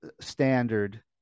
standard